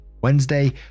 wednesday